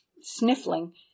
sniffling